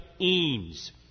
Eames